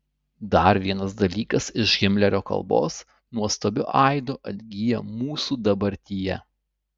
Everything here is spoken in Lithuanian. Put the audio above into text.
dar vienas dalykas iš himlerio kalbos nuostabiu aidu atgyja mūsų dabartyje